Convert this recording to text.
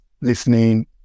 listening